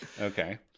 okay